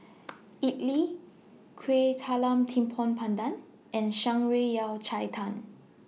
Idly Kueh Talam Tepong Pandan and Shan Rui Yao Cai Tang